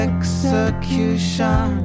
Execution